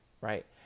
right